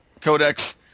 Codex